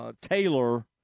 Taylor